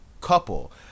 couple